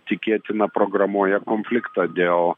tikėtina programuoja konfliktą dėl